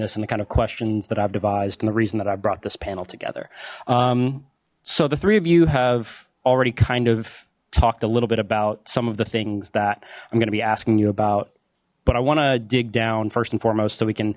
this and the kind of questions that i've devised and the reason that i brought this panel together so the three of you have already kind of talked a little bit about some of the things that i'm gonna be asking you about but i want to dig down first and foremost so we can